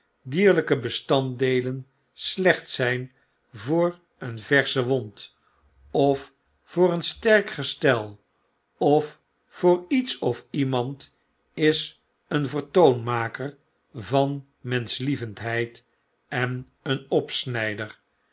dierlpe beslanddeelen slecht zyn voor een versche wond of voor een sterk gestel of voor iets of iemand is een vertoonmaker van menschlievendheid en een opsnijder